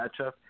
matchup